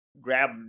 grab